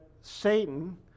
Satan